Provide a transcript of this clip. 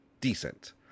decent